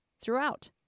throughout